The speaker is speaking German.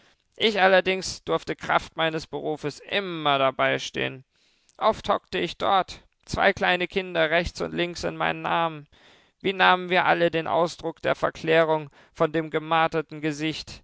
ich allerdings durfte kraft meines berufes immer dabeistehen oft hockte ich dort zwei kleine kinder rechts und links in meinen armen wie nahmen wir alle den ausdruck der verklärung von dem gemarterten gesicht